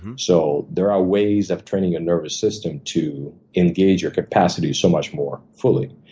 so there are ways of training your nervous system to engage your capacity so much more fully.